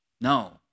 No